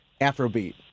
afrobeat